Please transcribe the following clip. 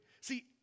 See